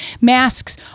masks